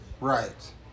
Right